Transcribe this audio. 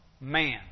man